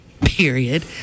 period